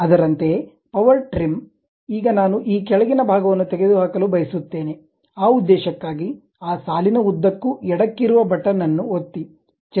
ಅದರಂತೆಯೇ power trim ಈಗ ನಾನು ಈ ಕೆಳಗಿನ ಭಾಗವನ್ನು ತೆಗೆದುಹಾಕಲು ಬಯಸುತ್ತೇನೆ ಆ ಉದ್ದೇಶಕ್ಕಾಗಿ ಆ ಸಾಲಿನ ಉದ್ದಕ್ಕೂ ಎಡಕ್ಕಿರುವ ಬಟನ್ ಅನ್ನು ಒತ್ತಿ ಚಲಿಸಿ